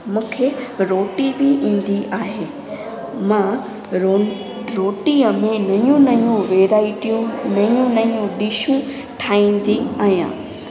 मूंखे रोटी बि ईंदी आहे मां रो रोटीअ में नयूं नयूं वैरायटियूं नयूं नयूं डिशू ठाहींदी आहियां